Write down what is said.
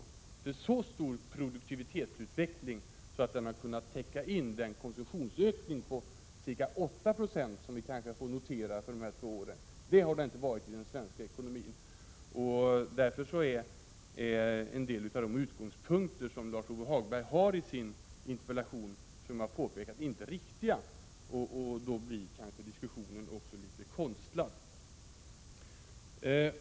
Produktivitetsutvecklingen i den svenska ekonomin har nämligen inte varit så stor att den har kunnat täcka in den konsumtionsökning på ca 8 96, som vi nog får notera för dessa två år. Som jag påpekade är en del av de utgångspunkter Lars-Ove Hagberg har i sin interpellation inte riktiga. Diskussionen blir då kanske också litet konstlad.